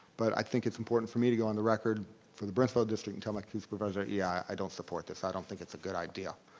but i think it's important for me to go on the record for the burnsville district and tell my county supervisor, yeah, i don't support this. i don't think it's a good idea.